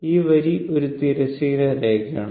ഈ വരി ഒരു തിരശ്ചീന രേഖയാണ്